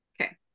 okay